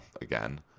again